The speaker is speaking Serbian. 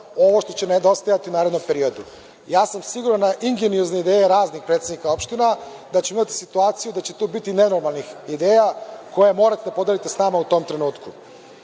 ovo što će nedostajati narednom periodu. Ja sam siguran na ingeniozne ideja raznih predsednika opština, da ćemo imati situaciju da će tu biti nenormalnih ideja koje morate da podelite sa nama u tom trenutku. Neko